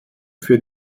für